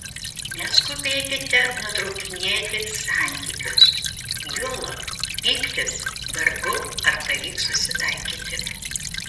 neskubėkite nutraukinėti santykius juolab pyktis vargu ar pavyks susitaikyti